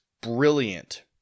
brilliant